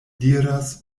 diras